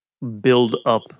build-up